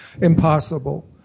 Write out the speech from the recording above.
impossible